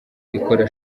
ikora